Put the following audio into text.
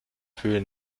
gefühle